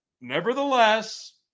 Nevertheless